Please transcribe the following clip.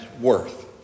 worth